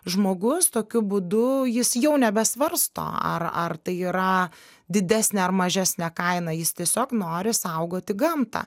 žmogus tokiu būdu jis jau nebesvarsto ar ar tai yra didesnė ar mažesnė kaina jis tiesiog nori saugoti gamtą